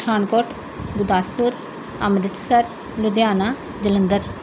Pathankot Gurdaspur Amritsar Ludhiana Jalandhar